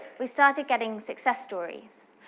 we started getting success stories.